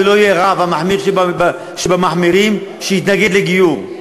ולא יהיה רב המחמיר שבמחמירים שיתנגד לגיור.